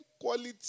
quality